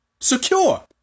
secure